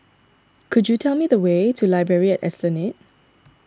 could you tell me the way to Library at Esplanade